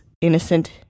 innocent